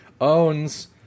owns